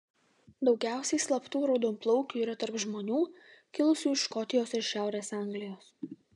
daugiausiai slaptų raudonplaukių yra tarp žmonių kilusių iš škotijos ir šiaurės anglijos